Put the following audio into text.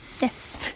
Yes